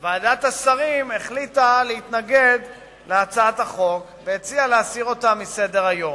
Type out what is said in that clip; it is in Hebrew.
החליטה ועדת השרים להתנגד להצעת החוק והציעה להסיר אותה מסדר-היום.